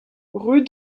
rue